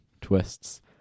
twists